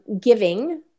Giving